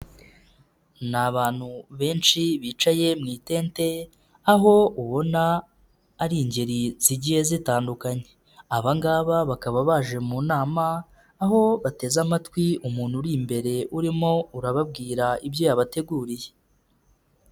Ni abantu benshi bicaye mutente aho ubona ari ingeri zigiye zitandukanye, abangabo bakaba baje mu nama aho bateze amatwi umuntu uri imbere urimo urababwira ibyo yabateguriye.